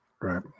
Right